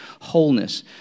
wholeness